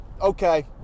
Okay